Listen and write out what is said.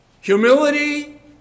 Humility